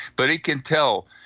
but it can tell.